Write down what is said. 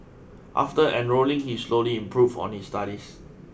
after enrolling he slowly improved on his studies